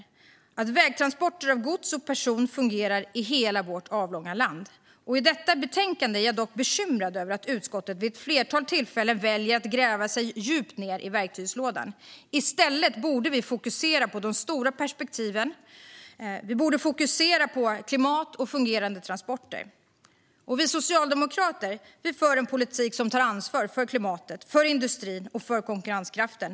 Det handlar om att vägtransporter av gods och personer fungerar i hela vårt avlånga land. Jag är dock bekymrad över att utskottet i detta betänkande vid ett flertal tillfällen väljer att gräva sig djupt ned i verktygslådan. I stället borde vi fokusera på de stora perspektiven och på klimat och fungerande transporter. Vi socialdemokrater för en politik som tar ansvar för klimatet, industrin och konkurrenskraften.